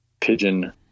pigeon